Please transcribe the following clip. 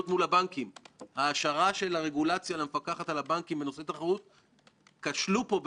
חייבים להגדיר את הבנקים כקבוצת ריכוז או מונופולין לאור השינוי שנעשה.